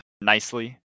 nicely